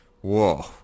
whoa